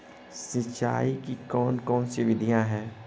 सिंचाई की कौन कौन सी विधियां हैं?